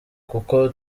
kuko